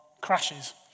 crashes